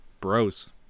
bros